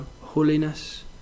holiness